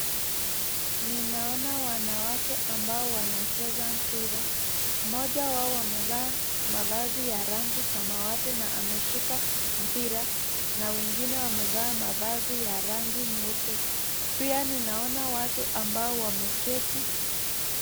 Nina ona wanawake ambao wanacheza mpira, mmoja wao amevaa mavazi ya rangi samawate na ameshika mpira na wengine wamevaa mavazi ya rangi nyeupe pia nina ona watu ambao wameketi.